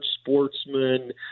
sportsman